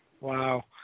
wow